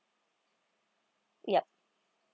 yup